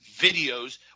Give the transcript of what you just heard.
videos